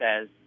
says